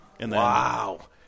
Wow